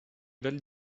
val